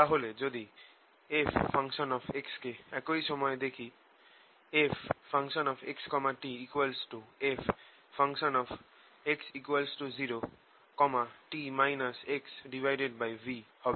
তাহলে যদি fx কে একই সময়ে দেখি fxtfx0 t xv হবে